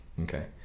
okay